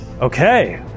Okay